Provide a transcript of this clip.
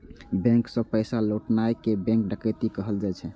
bank सं पैसा लुटनाय कें बैंक डकैती कहल जाइ छै